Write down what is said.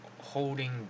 holding